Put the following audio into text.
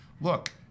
look